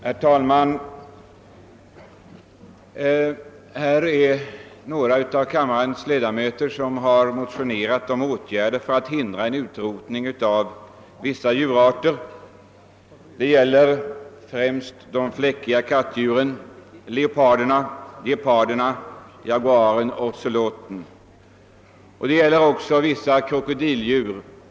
Herr talman! Vi är några ledamöter av denna kammare som har motionerat om åtgärder för att förhindra en utrotning av vissa djurarter, främst de fläckiga kattdjuren, leoparden, gepar den, jaguaren och ozeloten, samt vissa krokodildjur.